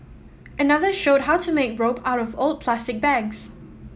another showed how to make rope out of old plastic bags